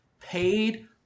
paid